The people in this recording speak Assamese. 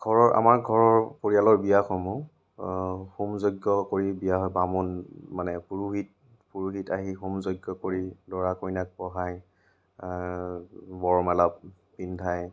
ঘৰৰ আমাৰ ঘৰৰ পৰিয়ালৰ বিয়াসমূহ হোম যজ্ঞ কৰি বিয়া হয় বামুণ মানে পুৰোহিত পুৰোহিত আহি হোম যজ্ঞ কৰি দৰা কইনাক বহাই বৰমালা পিন্ধায়